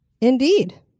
Indeed